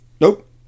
Nope